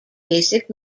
basic